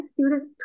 students